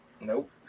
Nope